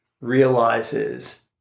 realizes